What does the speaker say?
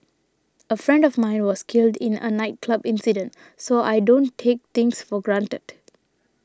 a friend of mine was killed in a nightclub incident so I don't take things for granted